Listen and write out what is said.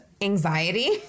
anxiety